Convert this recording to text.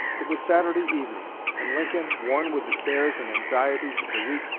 it was saturday evening and lincoln, worn with the cares and anxieties of the week,